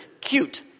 cute